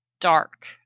dark